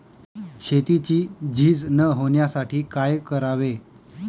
शेतीची झीज न होण्यासाठी काय करावे?